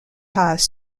pas